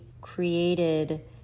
created